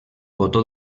botó